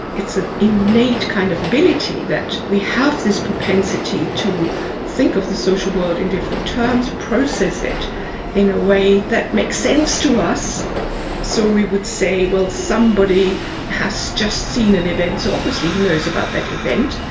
it's an innate kind of ability that we have this propensity to think of the social world in different terms, process it in a way that makes sense to us so we would say, well, somebody has just seen an event, so obviously he knows about that event.